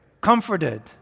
comforted